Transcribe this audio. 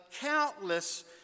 countless